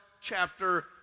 chapter